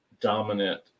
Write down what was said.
dominant